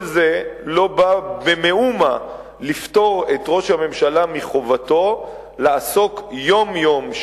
כל זה לא בא כדי לפטור במאומה את ראש הממשלה מחובתו לעסוק יום-יום,